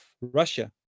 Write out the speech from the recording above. Russia